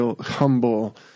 humble